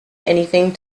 anything